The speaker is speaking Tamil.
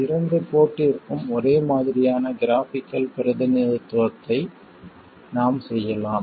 இரண்டு போர்ட்டிற்கும் ஒரே மாதிரியான கிராபிக்கல் பிரதிநிதித்துவத்தை நாம் செய்யலாம்